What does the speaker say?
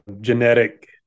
genetic